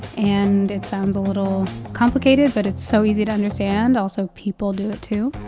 and it sounds a little complicated, but it's so easy to understand. also, people do it, too.